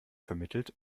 vermittelt